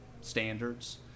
standards